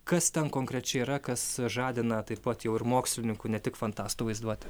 kas ten konkrečiai yra kas žadina taip pat jau ir mokslininkų ne tik fantastų vaizduotę